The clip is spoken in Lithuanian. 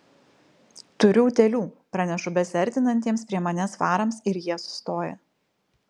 turiu utėlių pranešu besiartinantiems prie manęs farams ir jie sustoja